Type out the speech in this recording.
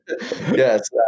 yes